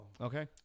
Okay